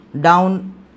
down